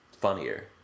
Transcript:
funnier